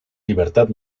libertad